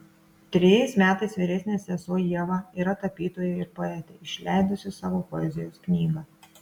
trejais metais vyresnė sesuo ieva yra tapytoja ir poetė išleidusi savo poezijos knygą